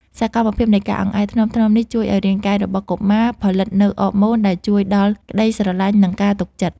សកម្មភាពនៃការអង្អែលថ្នមៗនេះ ជួយឱ្យរាងកាយរបស់កុមារផលិតនូវអរម៉ូនដែលជួយដល់ក្ដីស្រឡាញ់ និងការទុកចិត្ត